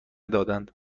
دادند